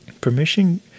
Permission